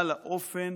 על האופן